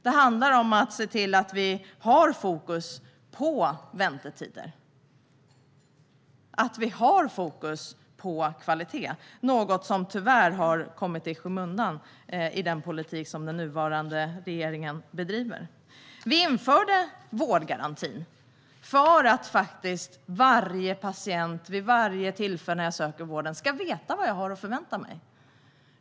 Det handlar om att se till att vi har fokus på väntetider och på kvalitet - något som tyvärr har kommit i skymundan i den politik som den nuvarande regeringen bedriver. Vi införde vårdgarantin för att varje patient vid varje tillfälle man söker vård ska veta vad man har att förvänta sig.